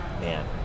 man